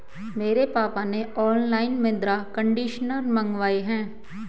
मेरे पापा ने ऑनलाइन मृदा कंडीशनर मंगाए हैं